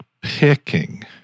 picking